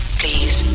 please